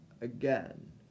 again